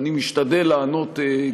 הייתי עונה לך.